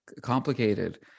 complicated